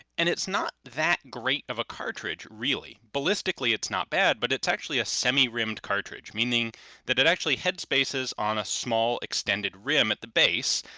and it's not that great of a cartridge really, ballistically it's not bad, but it's actually a semi-rimmed cartridge. meaning that it actually head spaces on a small extended rim at the base,